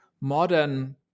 modern